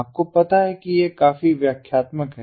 आपको पता है कि यह काफी व्याख्यात्मक है